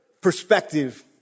perspective